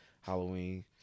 Halloween